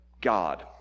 God